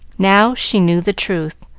now she knew the truth,